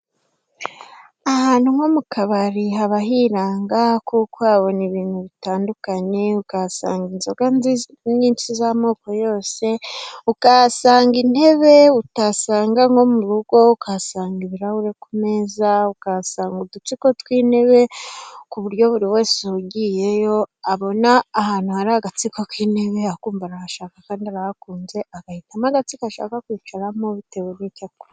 Ahantu nko mu kabari haba hiranga, kuko uhabona ibintu bitandukanye, ukahasanga inzoga nyinshi z'amoko yose, ukahasanga intebe utasanga nko mu rugo, ukahasanga ibirahure ku meza ukahasanga udutsiko tw'intebe, ku buryo buri wese ugiyeyo abona ahantu hari agatsiko k'intebe akumba arahashaka kandi arahakunze, agahitamo agatsiko ashaka kwicaramo bitewe n'icyo aku......